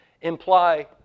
imply